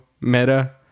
meta